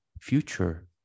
future